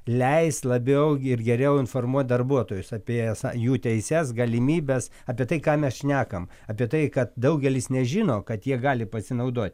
leis labiau ir geriau informuot darbuotojus apie sa jų teises galimybes apie tai ką mes šnekam apie tai kad daugelis nežino kad jie gali pasinaudot